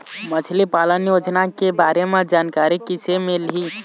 मछली पालन योजना के बारे म जानकारी किसे मिलही?